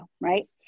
right